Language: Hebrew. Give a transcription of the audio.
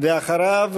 אחריו,